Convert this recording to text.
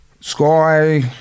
Sky